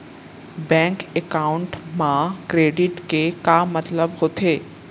Bank account मा credit के का मतलब होथे?